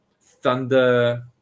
Thunder